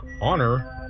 honor